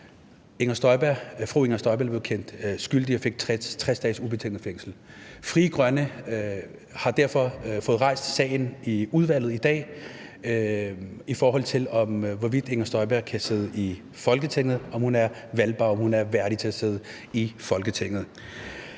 fru Inger Støjberg blev kendt skyldig og fik 60 dages ubetinget fængsel. Frie Grønne har derfor fået rejst sagen i udvalget i dag, i forhold til hvorvidt fru Inger Støjberg kan sidde i Folketinget, altså om hun er valgbar og hun er værdig til at sidde i Folketinget.